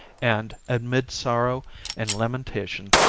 and, amid sorrow and lamentation,